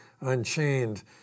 Unchained